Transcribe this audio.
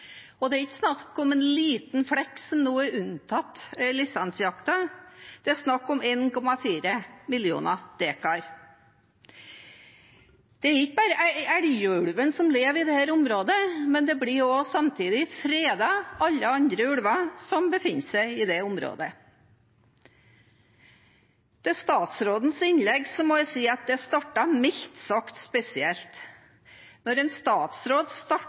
Det er ikke snakk om en liten flekk som nå er unntatt lisensjakten, det er snakk om 1,4 millioner dekar. Det er ikke bare Elgå-ulven som lever i dette området, samtidig blir også alle andre ulver som befinner seg i dette området, fredet. Til statsrådens innlegg må jeg si at det mildt sagt startet litt spesielt. Når en statsråd starter